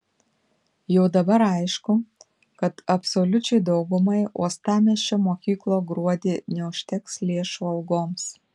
jau dabar aišku kad absoliučiai daugumai uostamiesčio mokyklų gruodį neužteks lėšų algoms